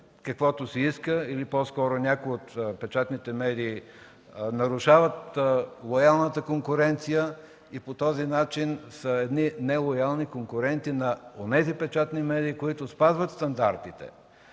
каквото си иска или по-скоро някои от печатните медии нарушават лоялната конкуренция и по този начин са нелоялни конкуренти на онези печатни медии, които спазват стандартите.